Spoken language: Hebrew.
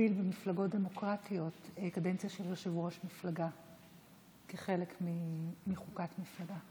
להגביל במפלגות דמוקרטיות קדנציה של יושב-ראש מפלגה כחלק מחוקת מפלגה.